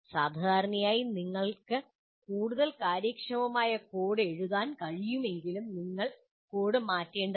സാധാരണയായി നിങ്ങൾക്ക് കൂടുതൽ കാര്യക്ഷമമായ കോഡ് എഴുതാൻ കഴിയുമെങ്കിലും നിങ്ങൾ കോഡ് മാറ്റേണ്ടതില്ല